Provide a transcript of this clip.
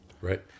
Right